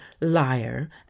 liar